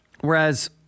Whereas